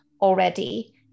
already